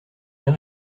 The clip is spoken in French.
bien